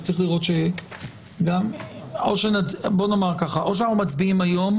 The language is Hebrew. או שאנחנו מצביעים היום,